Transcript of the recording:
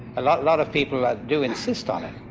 lot lot of people do insist on it,